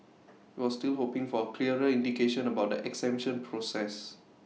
IT was still hoping for A clearer indication about the exemption process